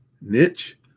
Niche